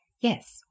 Yes